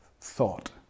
thought